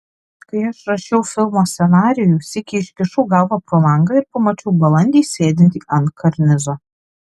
kai aš rašiau filmo scenarijų sykį iškišau galvą pro langą ir pamačiau balandį sėdintį ant karnizo